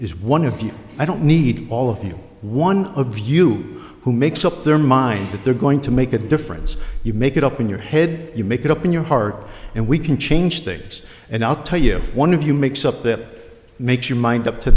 is one of you i don't need all of you one of you who makes up their mind that they're going to make a difference you make it up in your head you make it up in your heart and we can change things and i'll tell you one of you makes up that makes your mind up to